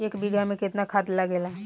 एक बिगहा में केतना खाद लागेला?